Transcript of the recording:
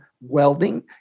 welding